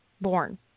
born